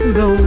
go